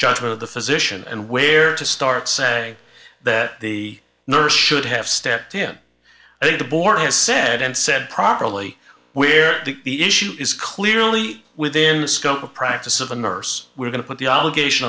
judgment of the physician and where to start saying that the nurse should have stepped in i think the board has said and said properly where the issue is clearly within the scope of practice of a nurse we're going to put the obligation